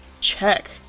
check